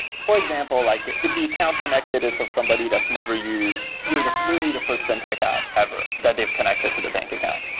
for example, like if the account connected is of somebody that's never used you're literally the first fintech app ever that they've connected to the bank account.